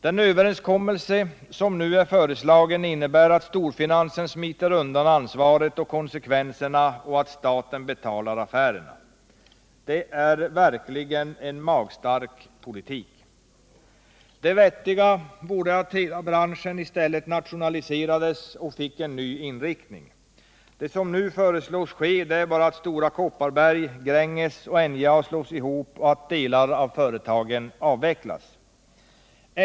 Den överenskommelse som nu är föreslagen innebär att storfinansen smiter undan ansvaret och konsekvenserna och att staten betalar affären. Det är verkligen en magstark politik. Det riktiga vore i stället att hela branschen nationaliserades och fick en ny inriktning. Det som nu föreslås ske är bara att Stora Kopparberg, Gränges och NJA slås ihop och att delar av företageri avvecklas.